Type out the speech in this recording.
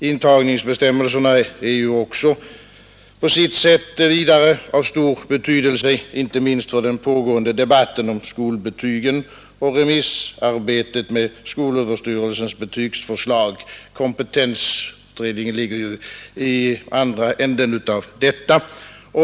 Intagningsbestämmelserna är ju också av stor betydelse inte minst för den pågående debatten om skolbetygen och för remissarbetet med skolöverstyrelsens betygsförslag. Kompetensutredningen ligger i andra änden av detta.